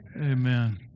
Amen